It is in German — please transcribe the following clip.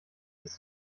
ist